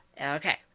Okay